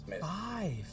Five